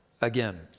again